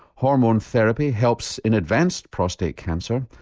hormone therapy helps in advanced prostate cancer,